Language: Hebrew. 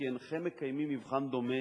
כי אינכם מקיימים מבחן דומה